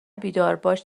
بیدارباش